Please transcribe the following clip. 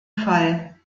fall